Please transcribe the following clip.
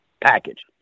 package